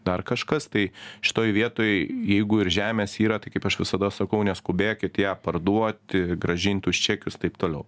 dar kažkas tai šitoj vietoj jeigu ir žemės yra tai kaip aš visada sakau neskubėkit ją parduoti grąžint už čekius taip toliau